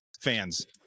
fans